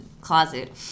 closet